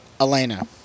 Elena